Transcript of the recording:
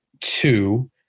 two